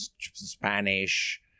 Spanish